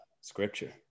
Scripture